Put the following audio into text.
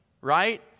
Right